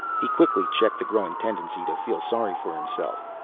he quickly checked the growing tendency to feel sorry for himself.